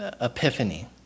epiphany